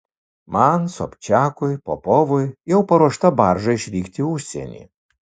man sobčiakui popovui jau paruošta barža išvykti į užsienį